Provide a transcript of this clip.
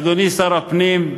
אדוני שר הפנים,